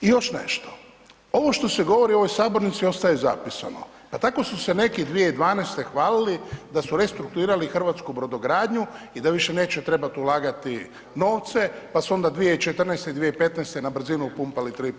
I još nešto, ovo što se govori u ovoj sabornici ostaje zapisano, pa tako su se neki 2012. hvalili da su restrukturirali hrvatsku brodogradnju i da više neće trebati ulagati novce, pa su onda 2014., 2015. na brzinu upumpali 3,5 milijarde.